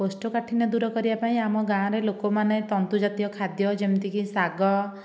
କୋଷ୍ଟକାଠିନ୍ୟ ଦୂର କରିବା ପାଇଁ ଆମ ଗାଁରେ ଲୋକମାନେ ତନ୍ତୁ ଜାତୀୟ ଖାଦ୍ୟ ଯେମିତିକି ଶାଗ